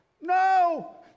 no